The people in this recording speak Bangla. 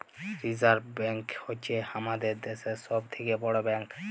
রিসার্ভ ব্ব্যাঙ্ক হ্য়চ্ছ হামাদের দ্যাশের সব থেক্যে বড় ব্যাঙ্ক